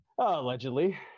Allegedly